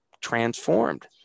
transformed